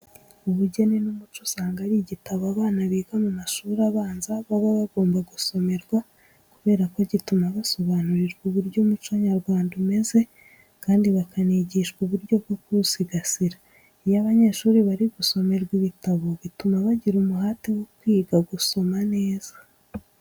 Ubugeni n'umuco usanga ari igitabo abana biga mu mashuri abanza baba bagomba gusomerwa kubera ko gituma basobanurirwa uburyo umuco nyarwanda umeze kandi bakanigishwa uburyo bwo kuwusigasira. Iyo abanyeshuri bari gusomerwa ibitabo bituma bagira umuhate wo kwiga gusoma neza.